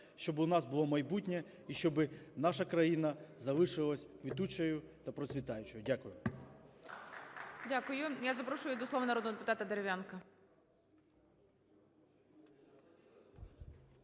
щоб у нас було майбутнє і щоби наша країна залишилась квітучою та процвітаючою. Дякую. ГОЛОВУЮЧИЙ. Дякую. Я запрошую до слова народного депутата Дерев'янка.